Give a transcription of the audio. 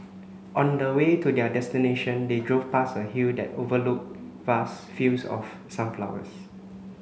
on the way to their destination they drove past a hill that overlooked vast fields of sunflowers